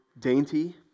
dainty